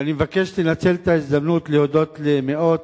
ואני מבקש לנצל את ההזדמנות להודות למאות